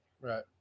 Right